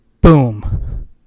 boom